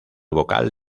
vocal